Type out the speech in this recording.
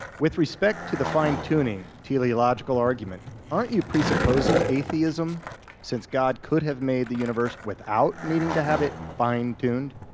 with respect to the fine-tuning teleological teleological argument, aren't you presupposing atheism since god could have made the universe without needing to have it fine-tuned?